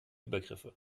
übergriffe